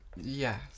Yes